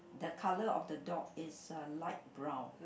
that colour of the dog is a light brown